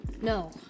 No